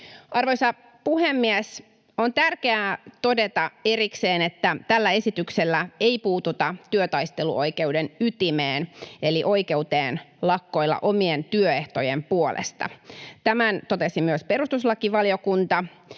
Arvoisa puhemies! On tärkeää todeta erikseen, että tällä esityksellä ei puututa työtaisteluoikeuden ytimeen eli oikeuteen lakkoilla omien työehtojen puolesta. Tämän totesi myös perustuslakivaliokunta,